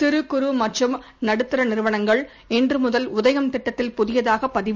சிறு குறு மற்றும் நடுத்தர நிறுவனங்கள் இன்று முதல் உதயம் திட்டத்தில் புதியதாக பதிவு